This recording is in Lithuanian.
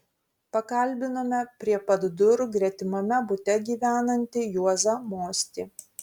pakalbinome prie pat durų gretimame bute gyvenantį juozą mostį